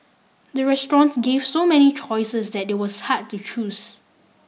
the restaurant gave so many choices that it was hard to choose